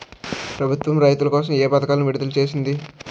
ప్రభుత్వం రైతుల కోసం ఏ పథకాలను విడుదల చేసింది?